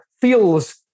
feels